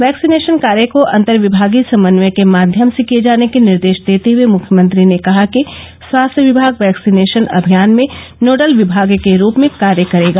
vaccination कार्य को अन्तर्विभागीय समन्वय के माध्यम से किए जाने के निर्देश देते हए मुख्यमंत्री ने कहा कि स्वास्थ्य विभाग वैक्सीनेशन अभियान में नोडल विमाग के रूप में कार्य करेगा